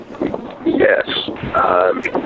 Yes